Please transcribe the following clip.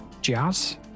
jazz